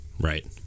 right